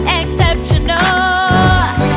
exceptional